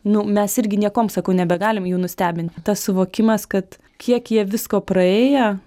nu mes irgi niekuom sakau nebegalim jų nustebint tas suvokimas kad kiek jie visko praėję